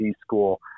school